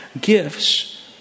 gifts